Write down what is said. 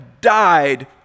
died